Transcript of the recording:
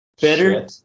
better